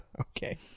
Okay